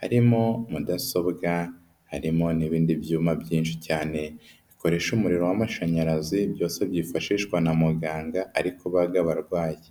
harimo mudasobwa, harimo n'ibindi byuma byinshi cyane bikoresha umuriro w'amashanyarazi, byose byifashishwa na muganga ari kubaga abarwayi.